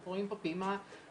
אנחנו רואים פה פעימה ראשונה,